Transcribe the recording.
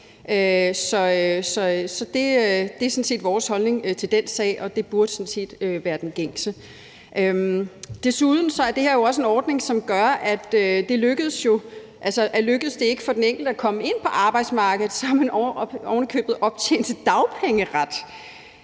sådan set vores holdning til den sag, og det burde sådan set være den gængse. Desuden er det her jo også en ordning, som gør, at lykkes det ikke for den enkelte at komme ind på arbejdsmarkedet, har man ovenikøbet optjent dagpengeret.